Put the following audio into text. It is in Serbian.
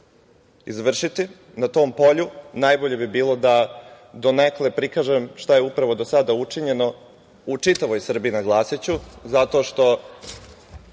izvršiti na tom polju, najbolje bi bilo da donekle prikažem šta je upravo do sada učinjeno u čitavoj Srbiji, naglasiću, zato što